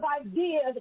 ideas